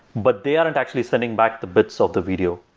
but they aren't actually sending back the bits of the video.